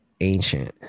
ancient